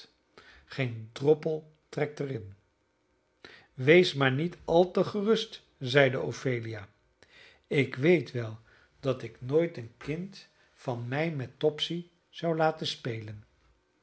koolblad geen droppel trekt er in wees maar niet al te gerust zeide ophelia ik weet wel dat ik nooit een kind van mij met topsy zou laten spelen